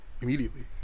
immediately